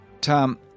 Tom